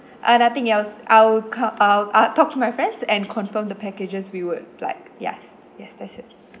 ah nothing else I will c~ I'll I'll talk to my friends and confirm the packages we would like ya yes that's it